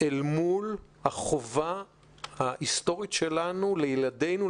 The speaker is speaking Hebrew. אל מול החובה ההיסטורית שלנו לילדינו,